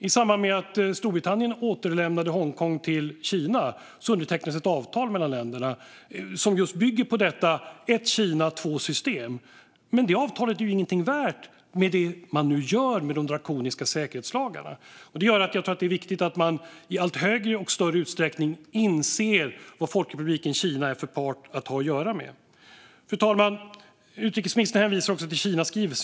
I samband med att Storbritannien återlämnade Hongkong till Kina undertecknades ett avtal mellan länderna som bygger på "ett Kina två system". Men det avtalet är ju inget värt med det man nu gör med de drakoniska säkerhetslagarna. Det gör att jag tror att det är viktigt att man i allt större utsträckning inser vad Folkrepubliken Kina är för part att ha att göra med. Fru talman! Utrikesministern hänvisar också till Kinaskrivelsen.